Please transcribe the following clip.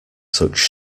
such